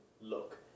look